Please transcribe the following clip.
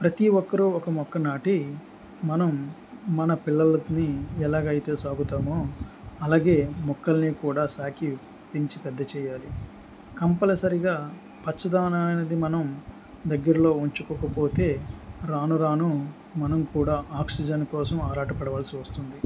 ప్రతి ఒక్కరూ ఒక మొక్క నాటి మనం మన పిల్లలని ఎలాగయితే సాకుతామో అలాగే మొక్కల్ని కూడా సాకి పెంచి పెద్ద చెయాలి కంపల్సరిగా పచ్చదనాన్ని అనేది మనం దగ్గరలో ఉంచుకోకపోతే రాను రాను మనం కూడా ఆక్సిజన్ కోసం ఆరాటపడవల్సి వస్తుంది